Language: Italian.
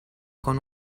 con